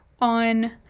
on